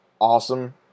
awesome